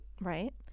Right